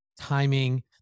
timing